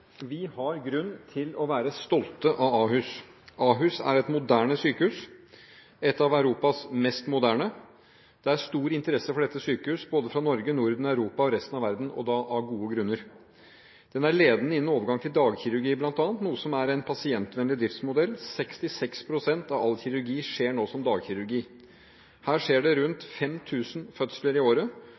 Vi har grunn til å være stolte av Ahus. Ahus er et moderne sykehus – et av Europas mest moderne. Det er stor interesse for dette sykehuset, både fra Norge, Norden, Europa og resten av verden, og av gode grunner. Det er ledende innen overgang til dagkirurgi, bl.a., noe som er en pasientvennlig driftsmodell. 66 pst. av all kirurgi skjer nå som dagkirurgi. Her skjer det rundt 5 000 fødsler i året,